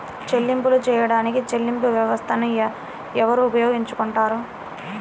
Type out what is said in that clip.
చెల్లింపులు చేయడానికి చెల్లింపు వ్యవస్థలను ఎవరు ఉపయోగించుకొంటారు?